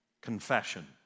Confession